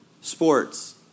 Sports